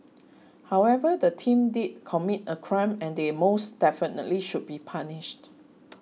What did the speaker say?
however the team did commit a crime and they most definitely should be punished